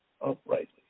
uprightly